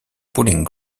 bowling